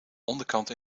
onderkant